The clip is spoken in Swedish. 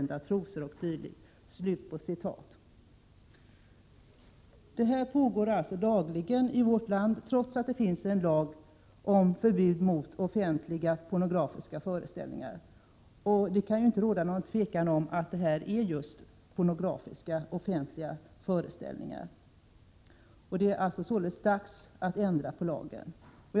Detta pågår således dagligen i vårt land, trots att det finns en lag om förbud mot offentliga pornografiska föreställningar. Det kan inte råda något tvivel om att detta just är offentliga pornografiska föreställningar. Det är således dags att ändra på lagen.